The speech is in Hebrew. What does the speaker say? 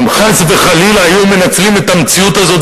אם חס וחלילה היו מנצלים את המציאות הזאת,